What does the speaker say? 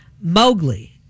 Mowgli